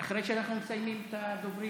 אחרי שנסיים את הדוברים.